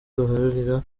baharanira